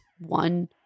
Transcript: one